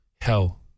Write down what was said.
hell